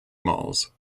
malls